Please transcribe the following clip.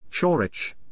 Chorich